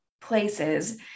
places